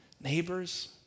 neighbors